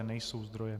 Nejsou zdroje?